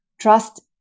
trust